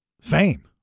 fame